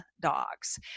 dogs